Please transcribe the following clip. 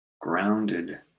grounded